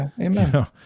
Amen